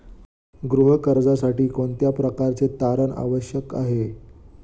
गृह कर्जासाठी कोणत्या प्रकारचे तारण आवश्यक आहे?